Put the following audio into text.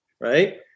right